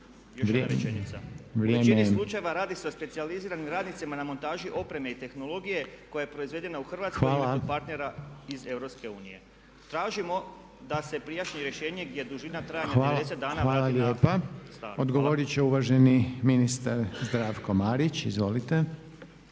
U većini slučajeva radi se o specijaliziranim radnicima na montaži opreme i tehnologije koja je proizvedena u Hrvatskoj između partnera iz EU. Tražimo da se prijašnje rješenje gdje je dužina trajanja …/Govornik se ne razumije./… Hvala.